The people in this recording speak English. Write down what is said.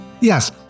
Yes